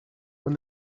when